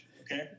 okay